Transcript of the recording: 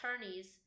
attorneys